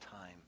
time